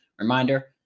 reminder